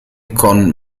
con